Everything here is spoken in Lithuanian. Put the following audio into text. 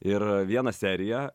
ir vieną seriją